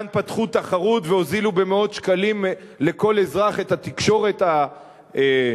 כאן פתחו תחרות והוזילו במאות שקלים לכל אזרח את התקשורת החודשית,